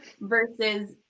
versus